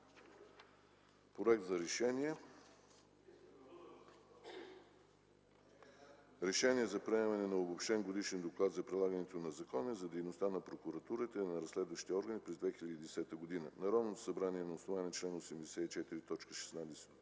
приемането му: „РЕШЕНИЕ за приемане на Обобщения годишен доклад за прилагането на закона и за дейността на прокуратурата и на разследващите органи през 2010 г. Народното събрание на основание чл. 84, т.